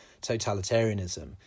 totalitarianism